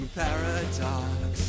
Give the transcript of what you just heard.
paradox